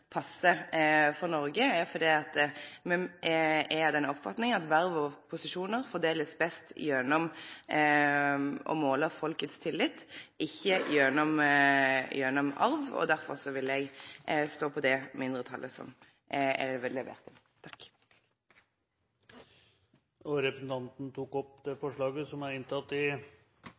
passar for Noreg, er at me er av den oppfatninga at verv og posisjonar blir best fordelte gjennom å måle folkets tillit, ikkje gjennom arv. Derfor vil eg stå på det mindretalsforslaget som er levert inn. Representanten Jette F. Christensen har da tatt opp det forslaget som